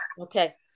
Okay